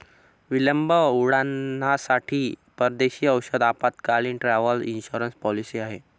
विलंब उड्डाणांसाठी परदेशी औषध आपत्कालीन, ट्रॅव्हल इन्शुरन्स पॉलिसी आहे